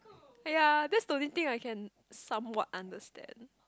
!aiya! that's the only I can somewhat understand